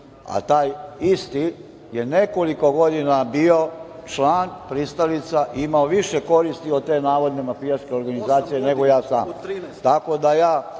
a taj isti je nekoliko godina bio član, pristalica i imao više koristi od te navodne mafijaške organizacije, nego ja sam.